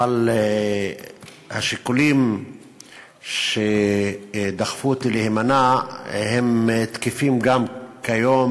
אבל השיקולים שדחפו אותי להימנע תקפים גם כיום,